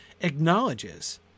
acknowledges